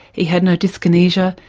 he had no dyskinesia,